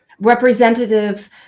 Representative